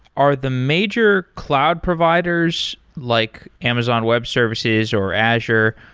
are the major cloud providers, like amazon web services or azure,